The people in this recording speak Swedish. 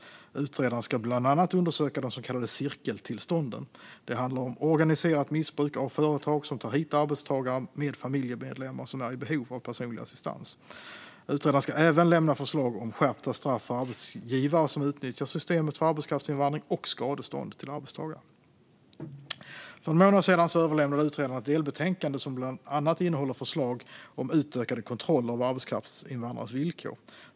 Utredaren ska bland annat undersöka de så kallade cirkeltillstånden. Det handlar om organiserat missbruk av företag som tar hit arbetstagare med familjemedlemmar som är i behov av personlig assistans. Utredaren ska även lämna förslag om skärpta straff för arbetsgivare som utnyttjar systemet för arbetskraftsinvandring och skadestånd till arbetstagare. För en månad sedan överlämnade utredaren ett delbetänkande som bland annat innehåller förslag om utökade kontroller av arbetskraftsinvandrares villkor.